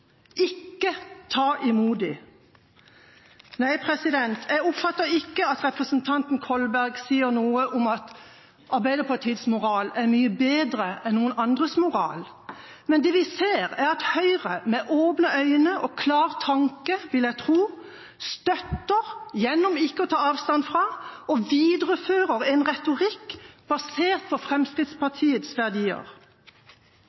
ikke ta imot dem. Jeg oppfatter ikke at representanten Kolberg sier noe om at Arbeiderpartiets moral er mye bedre enn noen andres moral. Men det vi ser, er at Høyre med åpne øyne og klar tanke, vil jeg tro, støtter, gjennom ikke å ta avstand, og viderefører en retorikk basert på Fremskrittspartiets verdier: